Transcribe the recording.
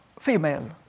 female